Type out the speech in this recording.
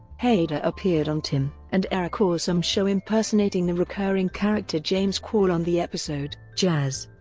hader appeared on tim and eric awesome show impersonating the recurring character james quall on the episode jazz.